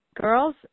girls